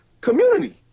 community